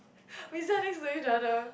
we sat next to each other